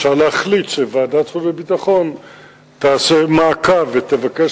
אפשר להחליט שוועדת חוץ וביטחון תעשה מעקב ותבקש,